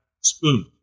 spoon